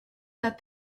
that